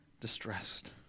distressed